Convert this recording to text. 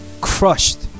crushed